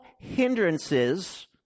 hindrances